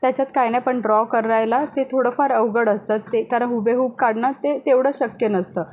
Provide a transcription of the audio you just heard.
त्याच्यात काही नाही पण ड्रॉ करायला ते थोडंफार अवघड असतं ते कारण हुबेहूब काढणं ते तेवढं शक्य नसतं